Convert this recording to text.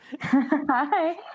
Hi